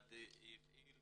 המשרד הפעיל